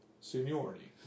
seniority